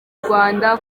rwanda